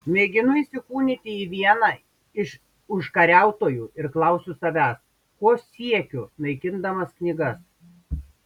mėginu įsikūnyti į vieną iš užkariautojų ir klausiu savęs ko siekiu naikindamas knygas